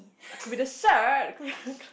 but could be the shirt could be